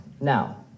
Now